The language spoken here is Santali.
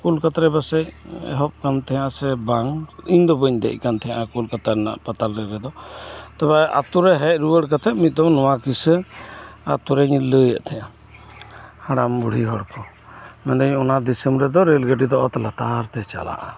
ᱠᱚᱞᱠᱟᱛᱟ ᱨᱮ ᱵᱟᱥᱮᱡ ᱮᱦᱚᱵ ᱟᱠᱟᱱ ᱛᱟᱦᱮᱸᱜ ᱟᱥᱮ ᱵᱟᱝ ᱤᱧᱫᱚ ᱵᱟᱹᱧ ᱫᱮᱡ ᱟᱠᱟᱱ ᱛᱟᱦᱮᱸᱜᱼᱟ ᱠᱳᱞᱠᱟᱛᱟ ᱨᱮᱱᱟᱜ ᱯᱟᱛᱟᱞ ᱨᱮᱞᱨᱮᱫᱚ ᱛᱚᱵᱮ ᱟᱛᱳᱨᱮ ᱦᱮᱡ ᱠᱟᱛᱮᱜ ᱢᱤᱫᱽᱫᱷᱟᱣ ᱱᱚᱣᱟ ᱠᱤᱥᱟᱹ ᱟᱛᱳᱨᱮᱧ ᱞᱟᱹᱭᱮᱫ ᱛᱟᱦᱮᱸᱜᱼᱟ ᱦᱟᱲᱟᱢ ᱵᱩᱰᱦᱤ ᱦᱚᱲᱠᱩ ᱢᱮᱱᱫᱟᱹᱧ ᱚᱱᱟ ᱫᱤᱥᱟᱹᱢ ᱨᱮᱫᱚ ᱨᱮᱞ ᱜᱟᱹᱰᱤ ᱫᱚ ᱚᱛ ᱞᱟᱛᱟᱨ ᱛᱮ ᱪᱟᱞᱟᱜᱼᱟ